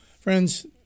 Friends